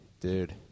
dude